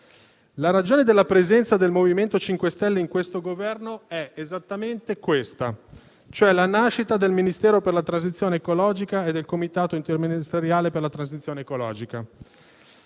La ragione della presenza del MoVimento 5 Stelle nel Governo è esattamente questa: la nascita del Ministero per la transizione ecologica e del Comitato interministeriale per la transizione ecologica.